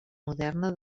moderna